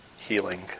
healing